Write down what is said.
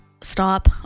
stop